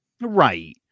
Right